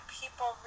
people